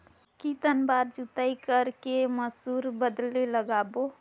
कितन बार जोताई कर के मसूर बदले लगाबो?